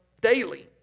daily